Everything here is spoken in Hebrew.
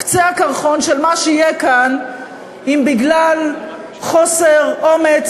קצה הקרחון של מה שיהיה כאן אם בגלל חוסר אומץ